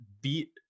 beat